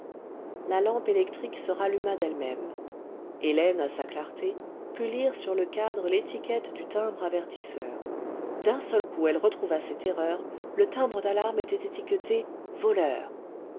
la lampe électrique se ralluma d'elle-même hélène à sa clarté put lire sur le cadre l'étiquette du timbre avertisseur d'un seul coup elle retrouva ses terreurs le timbre d'alarme était étiqueté voleurs